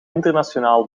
internationaal